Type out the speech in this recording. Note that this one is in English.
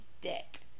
dick